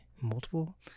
multiple